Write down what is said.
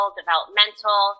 developmental